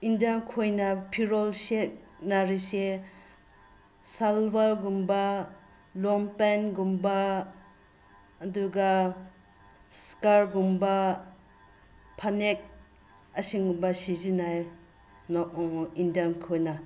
India ꯈꯣꯏꯅ ꯐꯤꯔꯣꯜ ꯁꯦꯠꯅꯔꯤꯁꯦ ꯁꯜꯋꯥꯔꯒꯨꯝꯕ ꯂꯣꯡꯄꯦꯟꯒꯨꯝꯕ ꯑꯗꯨꯒ ꯏꯁꯀꯔꯠꯒꯨꯝꯕ ꯐꯅꯦꯛꯅꯆꯤꯡꯕ ꯁꯤꯖꯤꯟꯅꯩ ꯏꯟꯗꯤꯌꯥ ꯈꯣꯏꯅ